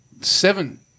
Seven